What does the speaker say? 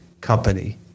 company